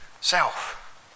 Self